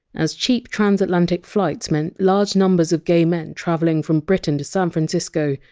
as cheap transatlantic flights meant large numbers of gay men travelling from britain to san francisco,